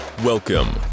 Welcome